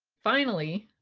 finally,